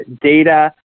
data